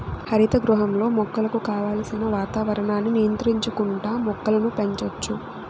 హరిత గృహంలో మొక్కలకు కావలసిన వాతావరణాన్ని నియంత్రించుకుంటా మొక్కలను పెంచచ్చు